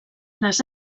les